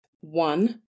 One